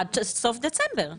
עד סוף דצמבר.